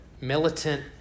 militant